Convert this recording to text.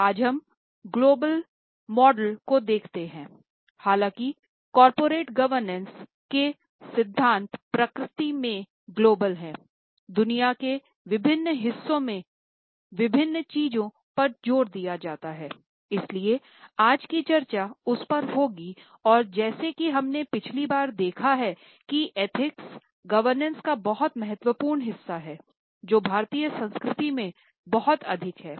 आज हम ग्लोबल का बहुत महत्वपूर्ण हिस्सा है जो भारतीय संस्कृति में बहुत अधिक है